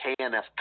KNF